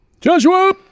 Joshua